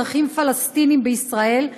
אזרחים פלסטינים בישראל,